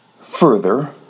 Further